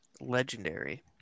legendary